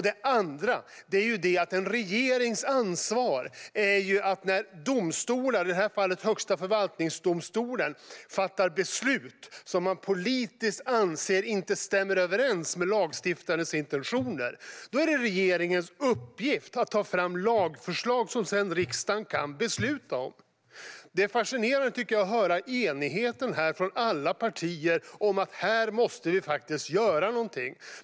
Det andra är att det är en regerings ansvar när domstolar - i det här fallet Högsta förvaltningsdomstolen - fattar beslut som man politiskt anser inte stämmer överens med lagstiftarens intentioner. Då är det regeringens uppgift att ta fram lagförslag som riksdagen sedan kan besluta om. Det är fascinerande att här höra enigheten från alla partier om att vi måste göra någonting.